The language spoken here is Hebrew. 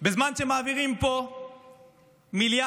בזמן שמעבירים פה מיליארדים,